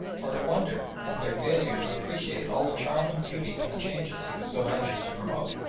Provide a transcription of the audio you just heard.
or to wonder at their failure to appreciate all the charm and beauty of the changes he was so anxious to promote.